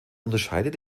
unterscheidet